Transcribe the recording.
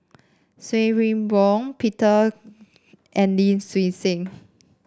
Swee Boon Peter and Lim Swee Say